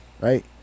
right